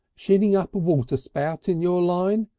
shinning up a water-spout in your line?